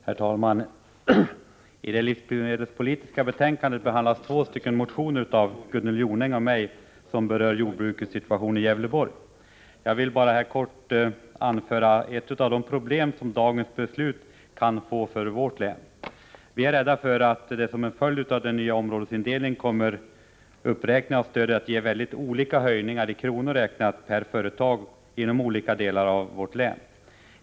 Herr talman! I det livsmedelspolitiska betänkandet behandlas två motioner av Gunnel Jonäng och mig angående jordbrukets situation i Gävleborg. Jag vill bara kort anföra ett av de problem som dagens beslut kan få för vårt län. Vi är rädda för att som en följd av den nya områdesindelningen kommer uppräkningen av stödet att ge mycket olika höjningar i kronor räknat per företag i olika delar av vårt län.